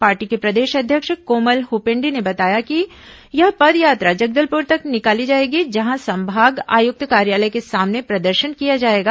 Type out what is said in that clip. party के प्रदेश अध्यक्ष कोमल हपेंडी ने बताया कि यह पदयात्रा जगदलपुर तक निकाली जाएगी जहां संभाग आयुक्त कार्यालय के सामने प्रदर्शन किया जाएगा